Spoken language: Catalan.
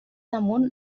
amunt